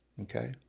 okay